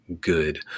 good